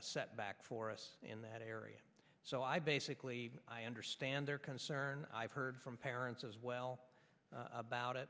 setback for us in that area so i basically i understand their concern i've heard from parents as well about